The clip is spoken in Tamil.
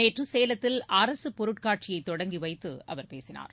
நேற்று சேலத்தில் அரசு பொருட்காட்சியை தொடங்கி வைத்து அவர் பேசினார்